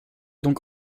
donc